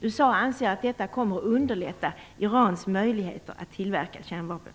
USA anser att detta kommer att underlätta Irans möjligheter att tillverka kärnvapen.